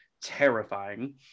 terrifying